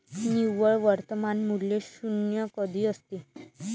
निव्वळ वर्तमान मूल्य शून्य कधी असते?